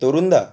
তরুণদা